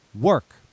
work